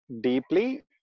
deeply